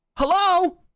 Hello